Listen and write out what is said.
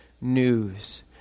news